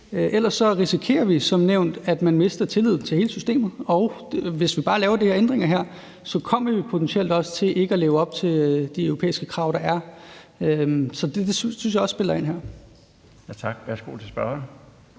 Ellers risikerer vi som nævnt, at man mister tilliden til hele systemet. Og hvis vi bare laver de ændringer her, kommer vi potentielt også til ikke at leve op til de europæiske krav, der er. Det synes jeg også spiller ind her. Kl. 17:18 Den fg.